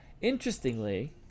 interestingly